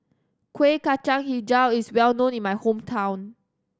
Kueh Kacang Hijau is well known in my hometown